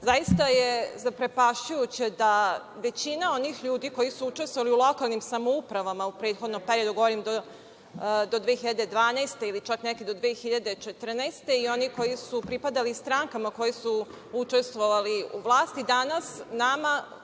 Zaista je zaprepašćujuće da većina onih ljudi koji su učestvovali u lokalnim samoupravama u prethodnim godinama do 2012. godine, ili čak neki do 2014. godine, kao i oni koji su pripadali strankama koje su učestvovale u vlasti, danas nama